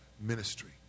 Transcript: ministry